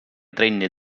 trenni